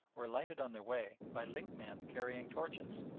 were lighted on their way by linkmen carrying torches.